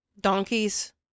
Donkeys